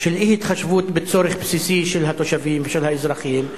של אי-התחשבות בצורך בסיסי של התושבים ושל האזרחים.